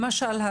למשל,